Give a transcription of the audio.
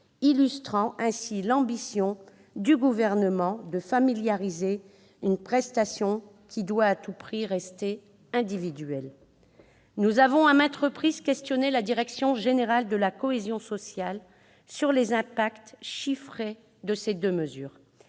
illustrant ainsi l'ambition du Gouvernement de « familialiser » une prestation qui doit à tout prix rester individuelle. Nous avons, à maintes reprises, questionné la direction générale de la cohésion sociale sur les impacts chiffrés de ces deux mesures,